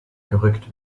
gerückt